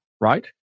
right